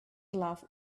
love